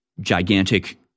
gigantic